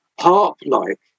harp-like